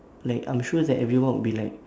like I'm sure that everyone would be like